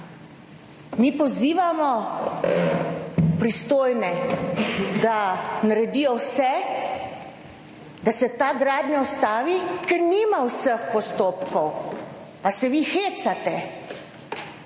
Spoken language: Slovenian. Mi pozivamo pristojne, da naredijo vse, da se ta gradnja ustavi, ker nima vseh postopkov, ali se vi hecate?